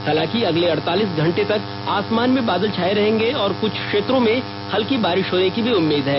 हालांकि अगले अड़तालीस घंटे तक आसमान में बादल छाये रहेंगे और कुछ क्षेत्रों में हल्की बारि होने की भी उम्मीद है